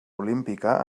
olímpica